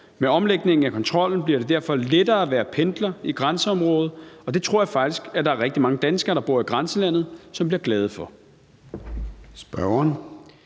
Med omlægningen af kontrollen bliver det derfor lettere at være pendler i grænseområdet, og det tror jeg faktisk at der er rigtig mange danskere, der bor i grænselandet, som bliver glade for.